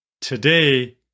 today